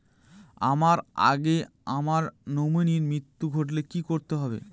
আমার আগে আমার নমিনীর মৃত্যু ঘটলে কি করতে হবে?